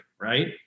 right